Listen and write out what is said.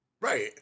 right